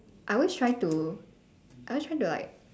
I always try to I always try to like